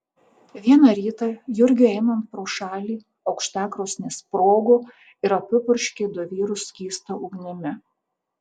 vieną rytą jurgiui einant pro šalį aukštakrosnė sprogo ir apipurškė du vyrus skysta ugnimi